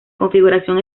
configuración